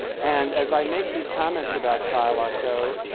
and, as i make these comments about shylock, though,